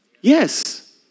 Yes